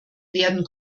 werden